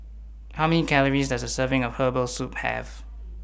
How Many Calories Does A Serving of Herbal Soup Have